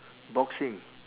boxing